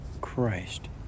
Christ